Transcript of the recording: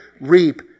reap